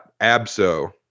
ABSO